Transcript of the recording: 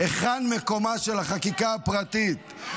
היכן מקומה של החקיקה הפרטית?